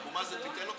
חבריי חברי הכנסת.